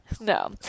no